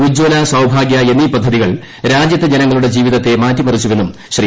ഉജ്ജ്വല സൌഭാഗൃ എന്നീ പദ്ധതികൾ രാജ്യത്തെ ജനങ്ങളുടെ ജീവിതത്തെ മാറ്റിമറിച്ചുവെന്നും ശ്രീ